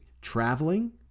traveling